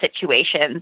situations